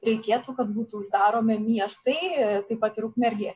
reikėtų kad būtų uždaromi miestai taip pat ir ukmergė